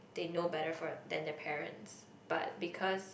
they know better for than their parents but because